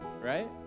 right